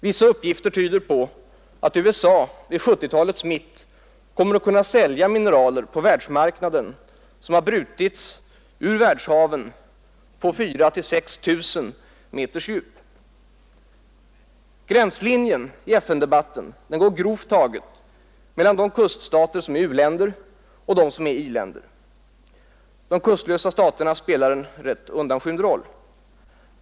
Vissa uppgifter tyder på att USA vid 1970-talets mitt kan sälja mineraler på världsmarknaden som = brutits ur världshaven på 4 000—6 000 meters djup. Gränslinjen i FN-debatten går grovt taget mellan de kuststater som är u-länder och de som är i-länder. De kustlösa staterna spelar en mer undanskymd roll.